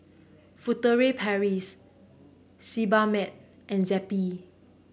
Furtere Paris Sebamed and Zappy